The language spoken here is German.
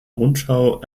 rundschau